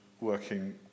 working